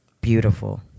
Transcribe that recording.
beautiful